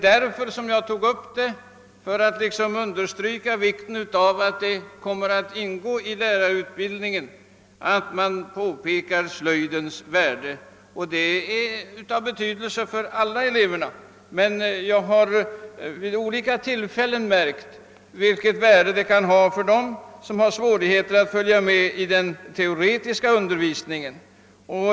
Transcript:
Därför vill jag understryka vikten av att också detta ämne blir starkt uppmärksammat i lärarutbildningen. Slöjden har betydelse för alla elever, men den kan — det har jag vid olika tillfällen märkt — ha ett särskilt värde för dem som har svårt att följa med i den teoretiska undervisningen.